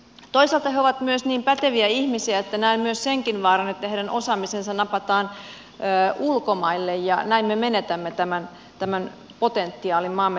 toisaalta he ovat myös niin päteviä ihmisiä että näen senkin vaaran että heidän osaamisensa napataan ulkomaille ja näin me menetämme tämän potentiaalin maamme tulevaisuudelle